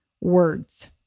words